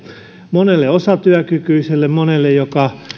monelle osatyökykyiselle monelle joka